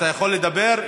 אתה יכול לדבר,